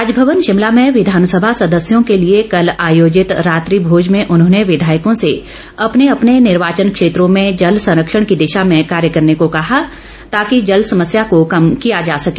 राजभवन शिमला में विधानसभा सदस्यों के लिए कल आयोजित रात्रि भोज में उन्होंने विधायकों से अपने अपने निर्वाचन क्षेत्रों में जल संरक्षण की दिशा में कार्य करने को कहा ताकि जल समस्या को कम किया जा सके